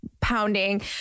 pounding